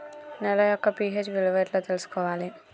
నేల యొక్క పి.హెచ్ విలువ ఎట్లా తెలుసుకోవాలి?